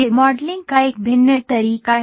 तो यह मॉडलिंग का एक भिन्न तरीका है